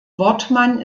wortmann